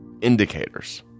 indicators